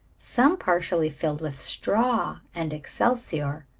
some partly filled with straw and excelsior.